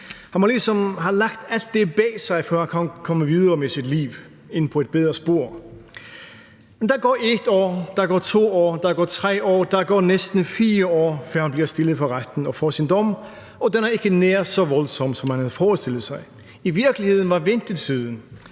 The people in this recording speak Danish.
Han må ligesom have lagt alt det bag sig, før han kan komme videre med sit liv og ind på et bedre spor. Der går 1 år, der går 2 år, der går 3 år, der går næsten 4 år, før han bliver stillet for retten og får sin dom, og den er ikke nær så voldsom, som han havde forestillet sig. I virkeligheden var ventetiden